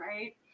right